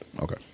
Okay